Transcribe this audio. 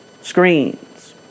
screens